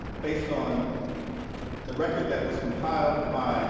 based on the record that was compiled by